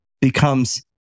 becomes